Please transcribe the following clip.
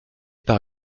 par